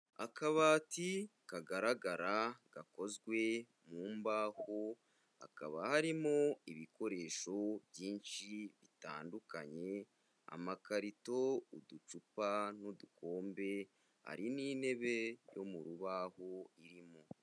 Akabati kagaragara gakozwe mu mbaho, hakaba harimo ibikoresho byinshi bitandukanye amakarito, uducupa n'udukombe, hari n'intebe yo mu rubaho irimo.